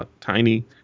tiny